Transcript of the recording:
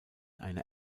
eine